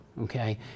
okay